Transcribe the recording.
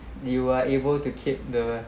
you are able to keep the